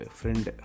friend